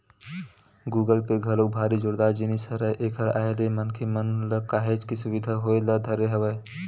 Google pay घलोक भारी जोरदार जिनिस हरय एखर आय ले मनखे मन ल काहेच के सुबिधा होय ल धरे हवय